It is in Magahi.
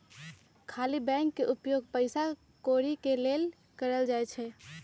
खाली बैंक के उपयोग पइसा कौरि के लेल कएल जाइ छइ